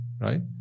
right